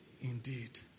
indeed